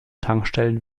tankstellen